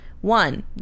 One